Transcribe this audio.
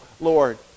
Lord